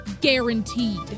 Guaranteed